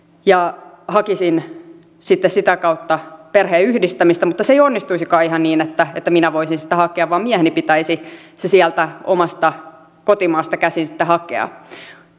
ja hakisin sitten sitä kautta perheenyhdistämistä mutta se ei onnistuisikaan ihan niin että minä voisin sitä hakea vaan mieheni pitäisi se sieltä omasta kotimaasta käsin hakea